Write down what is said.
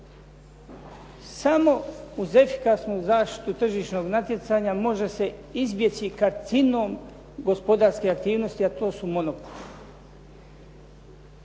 Samo uz efikasnu zaštitu tržišnog natjecanja može se izbjeći karcinom gospodarske aktivnosti, a to su monopoli.